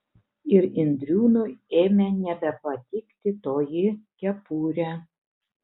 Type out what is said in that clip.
ir indriūnui ėmė nebepatikti toji kepurė